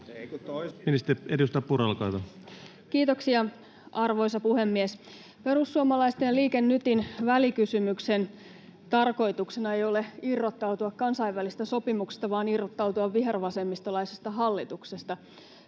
Kiitoksia, arvoisa puhemies! Perussuomalaisten ja Liike Nytin välikysymyksen tarkoituksena ei ole irrottautua kansainvälisistä sopimuksista vaan irrottautua vihervasemmistolaisesta hallituksesta